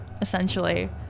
essentially